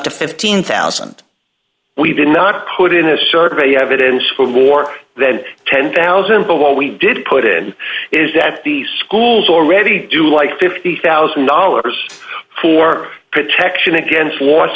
to fifteen thousand we did not put in a survey evidence for war then ten thousand dollars but what we did put in is that the schools already do like fifty thousand dollars for protection against war